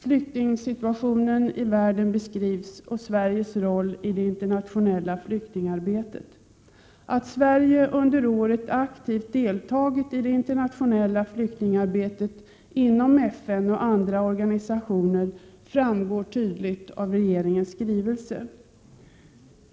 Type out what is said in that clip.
Flyktingsituationen i världen och Sveriges roll i det internationella flyktingarbetet beskrivs. Att Sverige under året aktivt deltagit i det internationella flyktingarbetet inom FN och andra organisationer framgår tydligt av regeringens skrivelse.